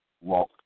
walk